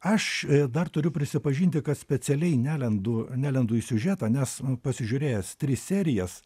aš dar turiu prisipažinti kad specialiai nelendu nelendu į siužetą nes pasižiūrėjęs tris serijas